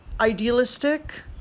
idealistic